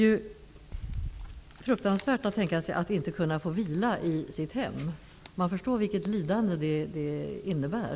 Det är fruktansvärt att tänka sig att inte kunna få vila i sitt hem. Man kan förstå vilket lidande det innebär.